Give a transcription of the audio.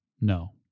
No